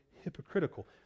hypocritical